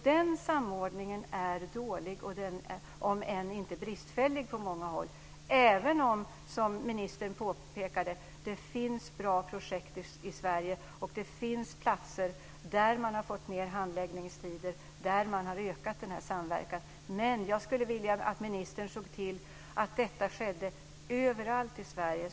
Den samordningen är om än inte dålig på många håll bristfällig. Det finns bra projekt i Sverige, som ministern påpekade, och det finns platser där man har fått ned handläggningstiderna och ökat samverkan. Men jag skulle vilja att ministern såg till att detta skedde överallt i Sverige.